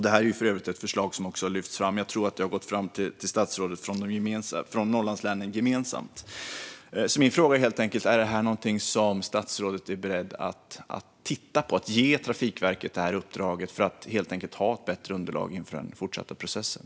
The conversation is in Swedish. Det är för övrigt ett förslag som Norrlandslänen har lyft fram gemensamt, och jag tror att det har gått fram till statsrådet. Är statsrådet beredd att titta på att ge Trafikverket det uppdraget, för att ha bättre underlag inför den fortsatta processen?